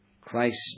Christ